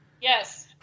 Yes